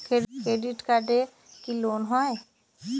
Credit কার্ডে কি loan হয়?